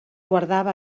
guardava